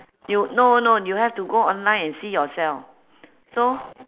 you no no you have to go online and see yourself so